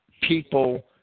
people